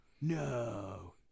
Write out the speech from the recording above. No